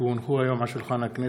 כי הונחו היום על שולחן הכנסת,